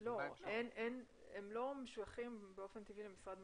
הם לא משויכים באופן טבעי למשרד ממשלתי.